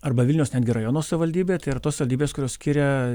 arba vilniaus netgi rajono savivaldybė tai yra tos savybės kurios skiria